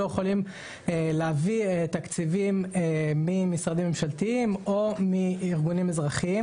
יכולים להביא תקציבים ממשרדים ממשלתיים או מארגונים אזרחיים